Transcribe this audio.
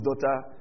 daughter